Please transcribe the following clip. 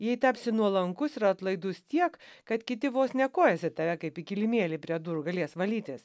jei tapsi nuolankus ir atlaidus tiek kad kiti vos ne kojas į tave kaip į kilimėlį prie durų galės valytis